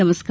नमस्कार